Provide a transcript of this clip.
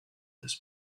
this